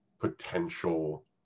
potential